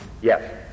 Yes